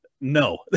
no